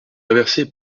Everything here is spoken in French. est